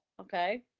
okay